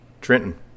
Trenton